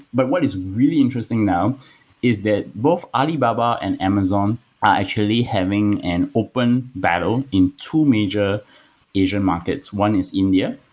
but what is really interesting now is that both alibaba and amazon are actually having an open battle in two major asian markets. one is india,